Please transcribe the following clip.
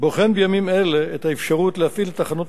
בוחן בימים אלה את האפשרות להפעיל את תחנות